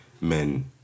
men